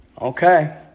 Okay